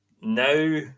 Now